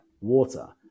water